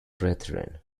brethren